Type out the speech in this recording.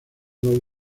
dos